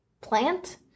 plant